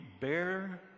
bear